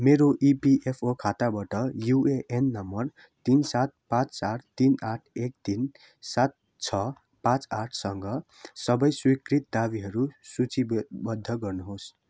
मेरो इपिएफओ खाताबाट UAN number तिन सात पाँच चार तिन आठ एक तिन सात छ पाँच आठसँग सबै स्वीकृत दावीहरू सूची बद्ध गर्नुहोस्